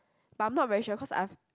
but I'm not very sure cause I've